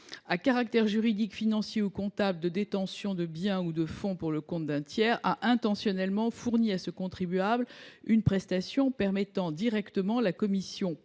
à caractère juridique, financier ou comptable ou de détention de biens ou de fonds pour le compte d’un tiers, a intentionnellement fourni à ce contribuable une prestation permettant directement la commission